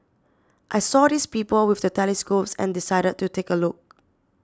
I saw these people with the telescopes and decided to take a look